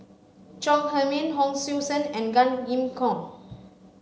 Chong Heman Hon Sui Sen and Gan Kim Yong